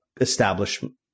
establishment